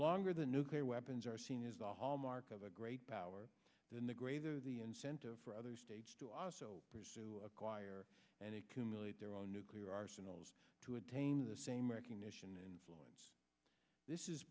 longer the nuclear weapons are seen as the hallmark of a great power then the greater the incentive for other states to also pursue acquire and accumulate their own nuclear arsenals to attain the same recognition influence this is